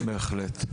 בהחלט.